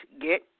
get